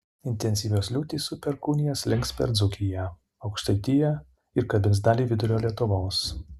intensyvios liūtys su perkūnija slinks per dzūkiją aukštaitiją ir kabins dalį vidurio lietuvos